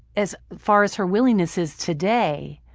as far as her willingness is today,